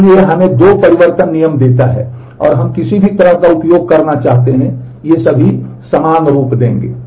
इसलिए यह हमें दो परिवर्तन नियम देता है और हम किसी भी तरह का उपयोग करना चाहते हैं ये सभी समान रूप देंगे